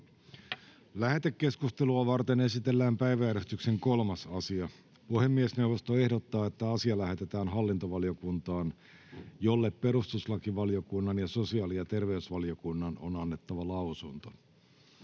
Lähetekeskustelua varten esitellään päiväjärjestyksen 5. asia. Puhemiesneuvosto ehdottaa, että asia lähetetään hallintovaliokuntaan, jolle perustuslakivaliokunnan on annettava lausunto.